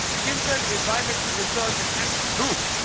chintan environmental research and action group.